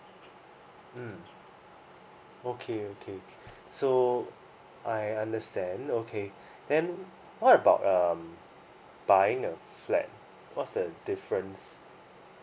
mm okay okay so I understand okay then what about um buying a flat what's the difference